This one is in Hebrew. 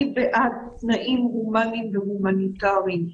אני בעד תנאים הומניים והמוניטריים.